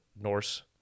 Norse